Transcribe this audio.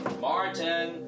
Martin